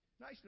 Nice